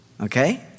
Okay